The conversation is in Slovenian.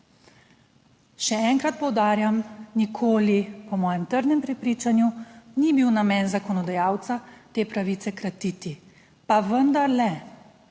Še enkrat poudarjam, po mojem trdnem prepričanju, nikoli ni bil namen zakonodajalca te pravice kratiti, pa vendar se